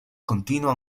continua